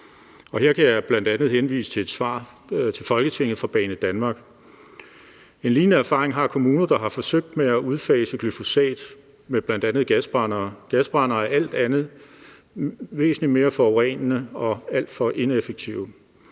Her kan jeg bl.a. henvise til et svar til Folketinget fra Banedanmark. En lignende erfaring har kommuner, der har gjort forsøg med at udfase glyfosat med bl.a. gasbrændere, og gasbrændere er alt andet lige væsentlig mere forurenende og alt for ineffektive.